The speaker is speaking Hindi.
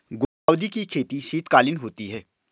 गुलदाउदी की खेती शीतकालीन होती है